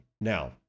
Now